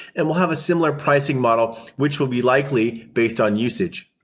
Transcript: and will have a similar pricing model, which will be likely based on usage.